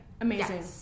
Amazing